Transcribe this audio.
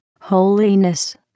holiness